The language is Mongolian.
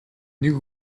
нэг